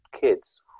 kids